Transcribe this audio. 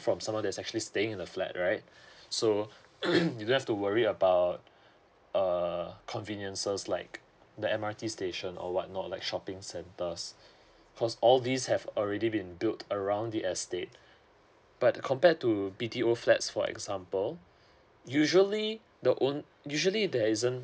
from someone that's actually staying in the flat right so mm you don't have to worry about uh conveniences like the m r t station or what not like shopping centres cause all these have already been built around the estate but compared to b t o flats for example usually the own usually there isn't